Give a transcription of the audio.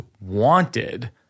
wanted